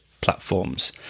platforms